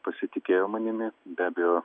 pasitikėjo manimi be abejo